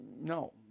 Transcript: No